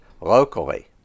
locally